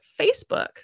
Facebook